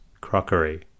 crockery